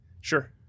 Sure